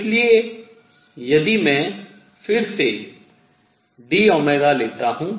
इसलिए यदि मैं फिर से dΩ लेता हूँ